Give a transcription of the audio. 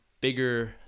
bigger